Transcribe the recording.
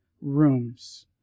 rooms